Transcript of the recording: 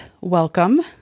welcome